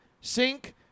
sink